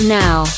now